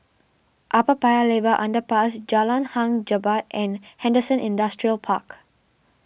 Upper Paya Lebar Underpass Jalan Hang Jebat and Henderson Industrial Park